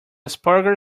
asperger